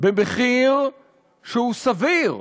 במחיר שהוא סביר,